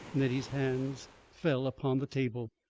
nettie's hands fell upon the table.